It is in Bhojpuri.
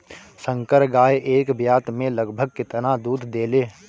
संकर गाय एक ब्यात में लगभग केतना दूध देले?